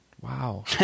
Wow